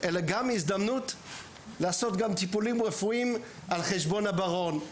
אלא גם הזדמנות לעשות טיפולים רפואיים על חשבון הברון.